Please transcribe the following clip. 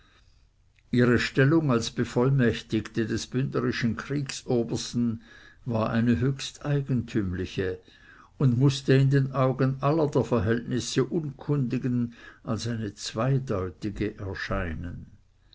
ihre stellung als bevollmächtigte des bündnerischen kriegsobersten war eine höchst eigentümliche und mußte in den augen aller der verhältnisse unkundigen als eine zweideutige erscheinen